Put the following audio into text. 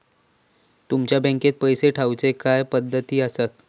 तुमच्या बँकेत पैसे ठेऊचे काय पद्धती आसत?